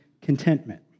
contentment